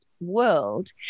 world